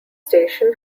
station